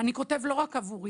אני כותב לא רק עבורי,